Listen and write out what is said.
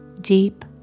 deep